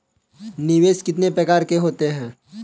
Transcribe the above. निवेश कितने प्रकार के होते हैं?